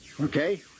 Okay